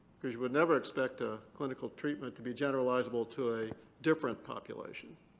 because you would never expect a clinical treatment to be generalizable to a different population.